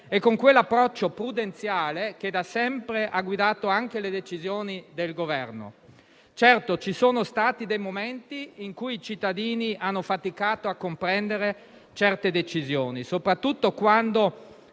e con quell'approccio prudenziale, che da sempre ha guidato le decisioni del Governo. Certo, ci sono stati momenti in cui i cittadini hanno faticato a comprendere alcune decisioni, soprattutto quando